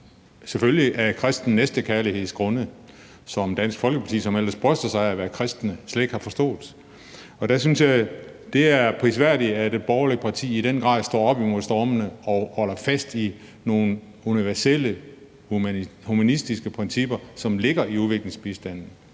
selvfølgelig af kristne næstekærlighedsgrunde, som Dansk Folkeparti, som ellers bryster sig af at være kristne, slet ikke har forstået. Der synes jeg, det er prisværdigt, at et borgerligt parti i den grad står op imod stormene og holder fast i nogle universelle humanistiske principper, som ligger i udviklingsbistanden,